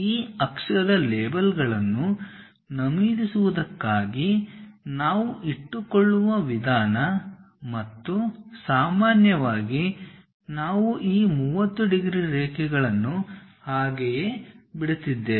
ಈ ಅಕ್ಷದ ಲೇಬಲ್ ಗಳನ್ನು ನಮೂದಿಸುವುದಕ್ಕಾಗಿ ನಾವು ಇಟ್ಟುಕೊಳ್ಳುವ ವಿಧಾನ ಮತ್ತು ಸಾಮಾನ್ಯವಾಗಿ ನಾವು ಈ 30 ಡಿಗ್ರಿ ರೇಖೆಗಳನ್ನು ಹಾಗೆಯೇ ಬಿಡುತ್ತಿದ್ದೇವೆ